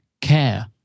care